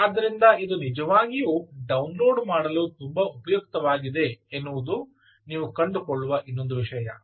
ಆದ್ದರಿಂದ ಇದು ನಿಜವಾಗಿಯೂ ಡೌನ್ಲೋಡ್ ಮಾಡಲು ತುಂಬಾ ಉಪಯುಕ್ತವಾಗಿದೆ ಎನ್ನುವುದು ನೀವು ಕಂಡುಕೊಳ್ಳುವ ಇನ್ನೊಂದು ವಿಷಯ